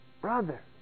brother